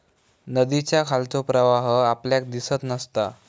नदीच्या खालचो प्रवाह आपल्याक दिसत नसता